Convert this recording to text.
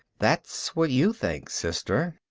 that's what you think, sister.